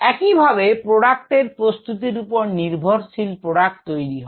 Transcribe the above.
একইভাবে প্রোডাক্টের প্রস্তুতির উপর নির্ভরশিল প্রোডাক্ট তৈরি হবে